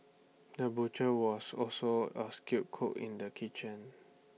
the butcher was also A skilled cook in the kitchen